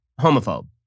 homophobe